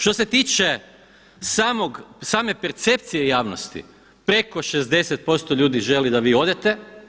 Što se tiče same percepcije javnosti preko 60% ljudi želi da vi odete.